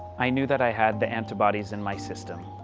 i knew that i had the antibodies in my system.